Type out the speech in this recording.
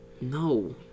No